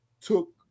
took